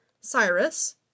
Cyrus